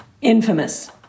infamous